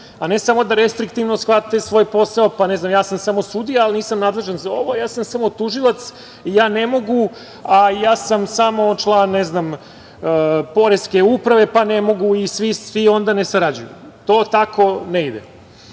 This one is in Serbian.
a ne samo da restriktivno shvate svoj posao, kao ja sam samo sudija, nisam nadležan za ovo, a ja sam samo tužilac i ja ne mogu, ja sam samo član poreske uprave, pa ne mogu i onda svi ne sarađuju. To tako ne